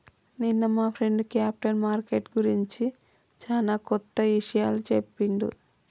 నిన్న మా friend capital market గురించి చానా కొత్త ఇషయాలు చెప్పిండు